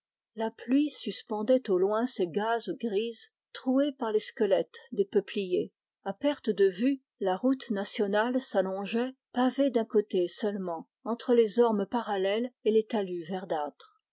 la pluie suspendait ses gazes grises trouées par les squelettes des peupliers à perte de vue la route s'allongeait pavée d'un côté seulement entre les ormes parallèles et les talus verdâtres